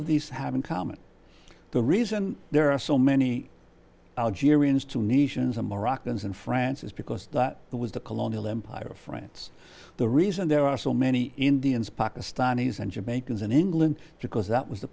of these have in common the reason there are so many algerians tunisians and moroccans in france is because that was the colonial empire of france the reason there are so many indians pakistanis and jamaicans in england because that was the